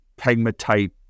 pegmatite